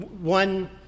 one